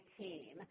team